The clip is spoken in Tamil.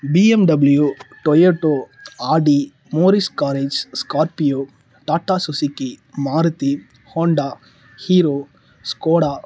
BMW Toyota Audi Morris Garages Scorpio Tata Suzuki Maruti Honda Hero Skoda